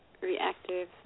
reactive